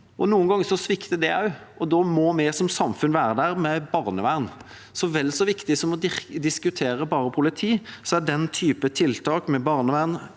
Noen ganger svikter det også, og da må vi som samfunn være der med barnevern. Vel så viktig som å diskutere bare politi er den typen tiltak, med barnevern,